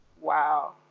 wow